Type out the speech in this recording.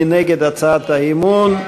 מי נגד הצעת האי-אמון?